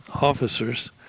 officers